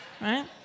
right